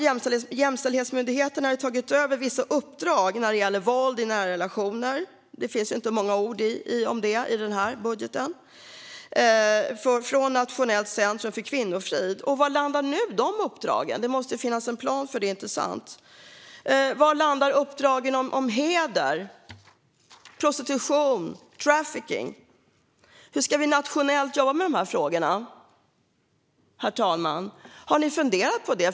Jämställdhetsmyndigheten hade tagit över vissa uppdrag när det gäller våld i nära relationer från Nationellt centrum för kvinnofrid, men det finns det inte många ord om i den här budgeten. Var landar dessa uppdrag nu? Det måste finnas en plan för det, inte sant? Var landar uppdragen som rör heder, prostitution och trafficking? Hur ska vi nationellt jobba med de här frågorna, herr talman? Har ni funderat på det?